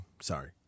sorry